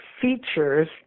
features